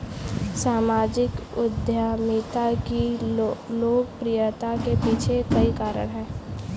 सामाजिक उद्यमिता की लोकप्रियता के पीछे कई कारण है